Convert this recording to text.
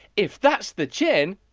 if that's the chin,